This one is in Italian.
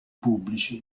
pubblici